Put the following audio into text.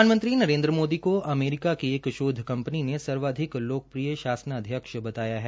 प्रधानमंत्री नरेन्द्र मोदी को अमेरिका की एक शौध कंपनी ने सर्वाधिक लोकप्रिय शासनाध्यक्ष बताया है